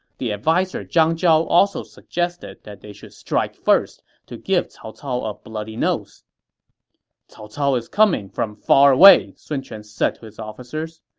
the adviser zhang zhao also suggested that they should strike first to give cao cao a bloody nose cao cao is coming from far away, sun quan said to his officers.